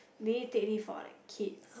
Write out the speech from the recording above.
maybe take leave for like kids